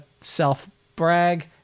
self-brag